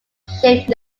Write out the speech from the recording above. shape